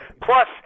Plus